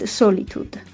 solitude